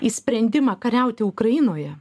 į sprendimą kariauti ukrainoje